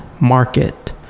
market